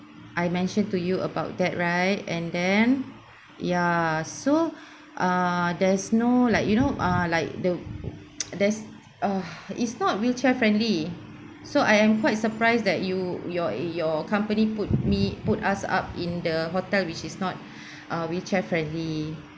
I mentioned to you about that right and then ya so ah there's no like you know ah like the there's uh it's not wheelchair friendly so I am quite surprised that you your your company put me put us up in the hotel which is not uh wheelchair friendly